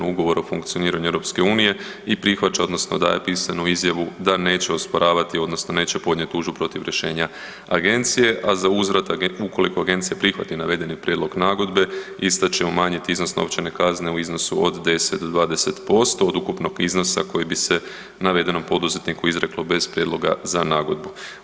Ugovora o funkcioniranju EU i prihvaća, odnosno daje pisanu izjavu da neće osporavati, odnosno neće podnijeti tužbu protiv rješenja agencije, a za uzvrat ukoliko agencija prihvati navedeni prijedlog nagodbe ista će umanjiti iznos novčane kazne u iznosu od 10 do 20% od ukupnog iznosa koji bi se navedenom poduzetniku izreklo bez prijedloga za nagodbu.